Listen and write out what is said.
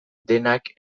denak